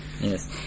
yes